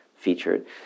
featured